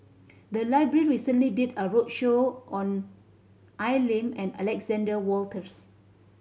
the library recently did a roadshow on Al Lim and Alexander Wolters